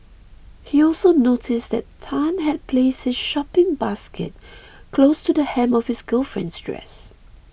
he also noticed Tan had placed his shopping basket close to the hem of his girlfriend's dress